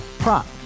Prop